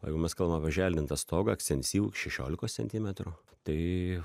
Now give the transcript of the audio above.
o jeigu mes kalbam apie apželdintą stogą ekstensyvų šešiolikos centimetrų tai